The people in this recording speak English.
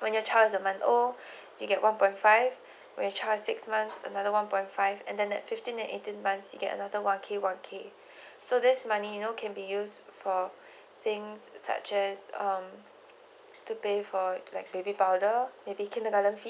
when your child is a month old you get one point five which six months another one point five and then that fifteen eighteen months you get another one K one K so this money you know can be used for things such as um to pay for like baby powder maybe kindergarten fee